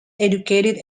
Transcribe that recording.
educated